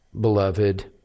beloved